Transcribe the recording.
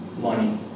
money